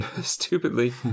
stupidly